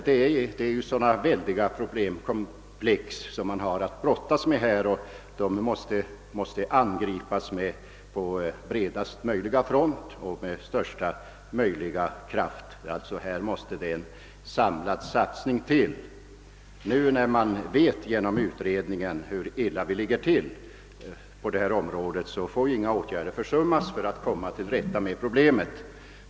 Det problemkomplex man har att brottas med är väldigt och måste angripas på bredast möjliga front och med största möjliga kraft. En samlad satsning måste därför till. Nu när vi genom utredningen vet hur illa det ligger till på detta område får vi inte underlåta att vidtaga några åtgärder för att komma till rätta med problemet.